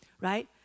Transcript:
right